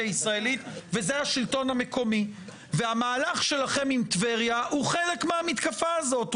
הישראלית וזה השלטון המקומי והמהלך שלכם עם טבריה הוא חלק מהמתקפה הזאת,